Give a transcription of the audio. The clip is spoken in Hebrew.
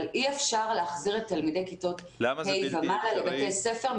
אי אפשר להחזיר את כיתות ה' ומעלה לבתי הספר.